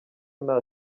nta